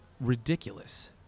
ridiculous